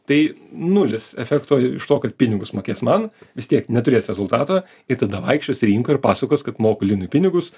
tai nulis efekto iš to kad pinigus mokės man vis tiek neturės rezultato ir tada vaikščios į rinką ir pasakos kad moku linui pinigus